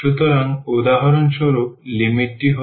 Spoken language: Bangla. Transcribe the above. সুতরাং উদাহরণস্বরূপ লিমিটটি হল